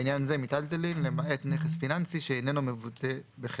לעניין זה - "מיטלטלין" - למעט נכס פיננסי שאיננו מבוטא בחפץ.